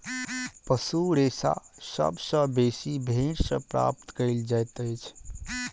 पशु रेशा सभ सॅ बेसी भेंड़ सॅ प्राप्त कयल जाइतअछि